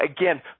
again